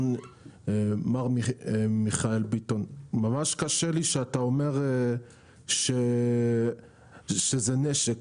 מר מיכאל ביטון ממש קשה לי שאתה אומר שזה נשק,